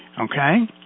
okay